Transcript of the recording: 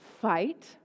fight